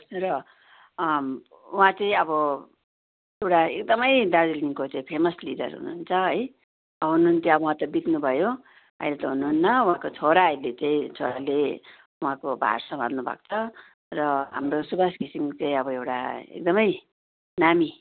र उहाँ चाहिँ अब एउटा एकदमै दार्जिलिङको चाहिँ फेमस लिडर हुनुहुन्छ है हुनुहुन्थ्यो अब उहाँ त बित्नु भयो अहिले त हुनुहुन्न उहाँको छोरा अहिले चाहिँ छोराले उहाँको भार सम्हाल्नु भएको छ र हाम्रो सुबास घिसिङ चाहिँ अब एउटा एकदमै नामी